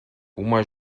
uma